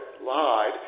Lied